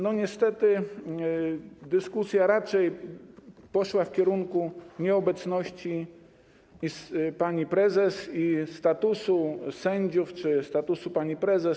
Niestety dyskusja raczej poszła w kierunku nieobecności pani prezes i statusu sędziów czy statusu pani prezes.